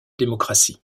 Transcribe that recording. démocratie